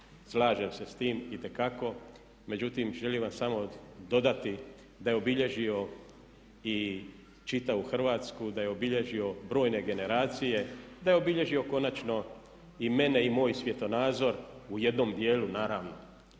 Slažem se s time itekako. Međutim, želim vam samo dodati da je obilježio i čitavu Hrvatsku, da je obilježio brojne generacije, da je obilježio konačno i mene i moj svjetonazor u jednom dijelu naravno